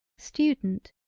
student,